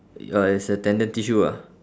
oh it's a tendon tissue ah